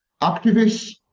activists